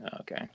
Okay